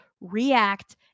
react